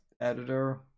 editor